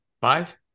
Five